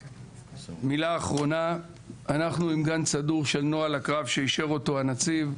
אנחנו גם גן סדור של נוהל הקרב שאישר אותו הנציב.